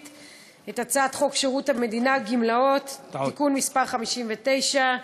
את הצעת חוק שירות המדינה (גמלאות) (תיקון מס' 59),